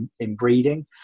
inbreeding